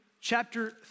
chapter